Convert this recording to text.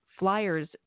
Flyers